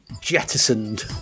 jettisoned